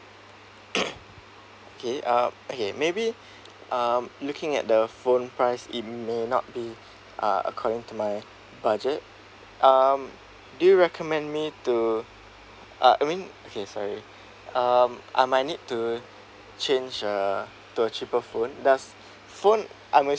okay uh maybe um looking at the phone price it may not be ah according to my budget um do you recommend me to ah I mean okay sorry his um I might need to change uh to a cheaper phone does phone I'm